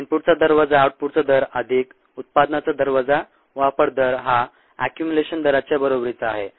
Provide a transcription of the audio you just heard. इनपुटचा दर वजा आउटपुटचा दर अधिक उत्पादनाचा दर वजा वापर दर हा अक्युमुलेशन दराच्या बरोबरीचा आहे